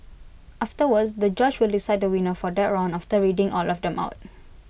afterwards the judge will decide the winner for that round after reading all of them out